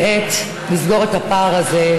ולסגור את הפער הזה,